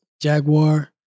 Jaguar